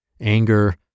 anger